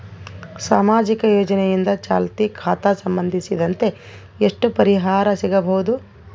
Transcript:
ಸಾಮಾಜಿಕ ಯೋಜನೆಯಿಂದ ಚಾಲತಿ ಖಾತಾ ಸಂಬಂಧಿಸಿದಂತೆ ಎಷ್ಟು ಪರಿಹಾರ ಸಿಗಬಹುದು?